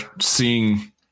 seeing